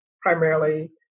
primarily